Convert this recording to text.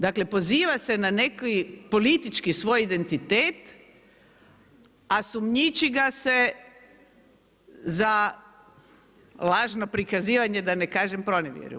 Dakle, poziva se na neki politički svoj identitet a sumnjiči ga se za lažno prikazivanje da ne kažem, pronevjeru.